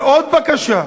ועוד בקשה,